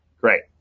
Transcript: Great